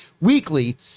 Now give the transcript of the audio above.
weekly